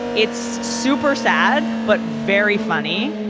it's super sad but very funny.